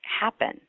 happen